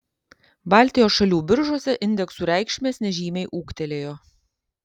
baltijos šalių biržose indeksų reikšmės nežymiai ūgtelėjo